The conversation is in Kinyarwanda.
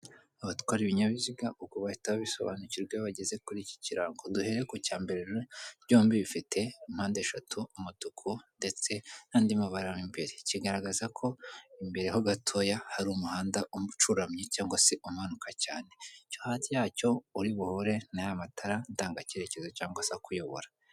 Abatwara ibinyabiziga ubwo bahita babisobanukirwa iyo bageze kuri iki kirarogo; duhere ku cya mbere byombi bifite mpande eshatu, umutuku ndetse n'andi mabarara kigaragaza ko imbere ho gatoya hari umuhanda umucuramye c se umanuka cyane yacyo uri buhore ni aya matara ndanga cyereke cyangwa se akuyobora.